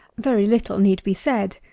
very little need be said.